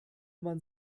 man